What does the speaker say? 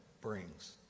brings